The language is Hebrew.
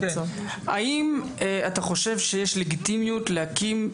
האם אתה חושב שיש לגיטימיות להקים,